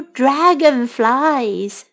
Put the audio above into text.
dragonflies